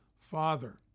Father